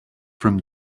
from